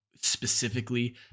specifically